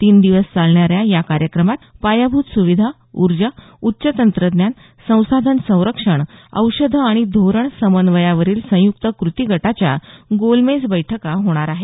तीन दिवस चालणाऱ्या या कार्यक्रमात पायाभूत सुविधा ऊर्जा उच्चतंत्रज्ञान संसाधन संरक्षण औषधं आणि धोरण समन्वयावरील संयुक्त कृती गटाच्या गोलमेज बैठका होणार आहेत